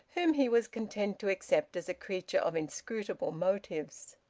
whom he was content to accept as a creature of inscrutable motives.